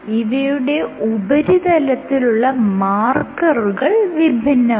ഇവയുടെ ഉപരിതലത്തിലുള്ള മാർക്കറുകൾ വിഭിന്നമാണ്